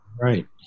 Right